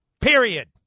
Period